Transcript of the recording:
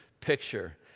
picture